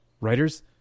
writers